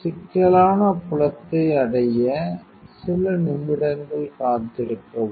சிக்கலான புலத்தை அடைய சில நிமிடங்கள் காத்திருக்கவும்